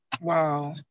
wow